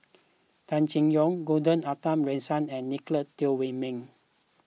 Tan Chay Yan Gordon Arthur Ransome and Nicolette Teo Wei Min